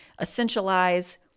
essentialize